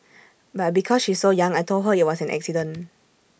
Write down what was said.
but because she's so young I Told her IT was an accident